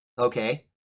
okay